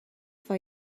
for